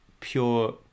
pure